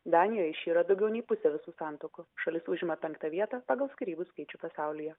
danijoj išyra daugiau nei pusė visų santuokų šalis užima penktą vietą pagal skyrybų skaičių pasaulyje